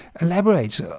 elaborate